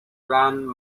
run